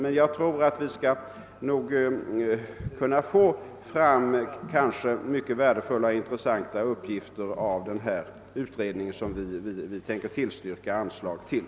Vi bör nog kunna få fram värdefulla och intressanta uppgifter av den utredning som jag nämnt och som vi avser att tillstyrka anslag till.